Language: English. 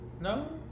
No